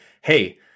Hey